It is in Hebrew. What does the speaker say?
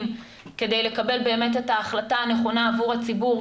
כדי לקבל באמת את ההחלטה הנכונה עבור הציבור,